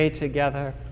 Together